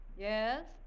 Yes